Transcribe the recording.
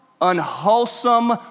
Unwholesome